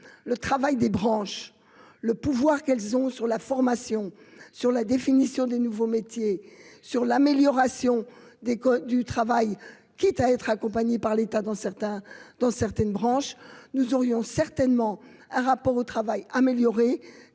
le travail des branches le pouvoir qu'elles ont sur la formation, sur la définition des nouveaux métiers sur l'amélioration des codes du travail, quitte à être accompagnés par l'État dans certains dans certaines branches, nous aurions certainement un rapport au travail, améliorer